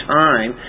time